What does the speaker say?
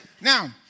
Now